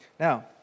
Now